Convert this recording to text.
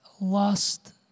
lost